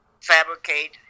fabricate